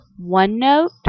OneNote